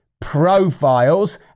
profiles